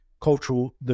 cultural